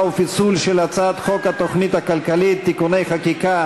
ופיצול של הצעת חוק התוכנית הכלכלית (תיקוני חקיקה